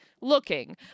looking